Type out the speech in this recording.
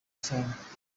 cyane